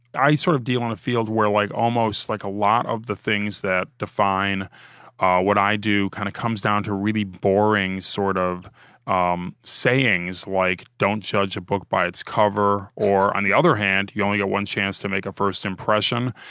i sort of deal on a field where like almost like a lot of the things that define what i do kind of comes down to really boring sort of um sayings like, don't judge a book by its cover or on the other hand, you only get one chance to make a first impression.